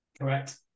Correct